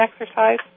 exercise